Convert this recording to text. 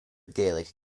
gaelic